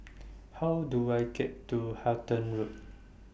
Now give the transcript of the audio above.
How Do I get to Halton Road